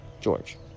George